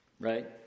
Right